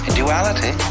duality